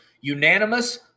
unanimous